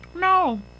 No